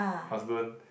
husband